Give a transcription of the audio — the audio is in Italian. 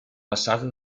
passata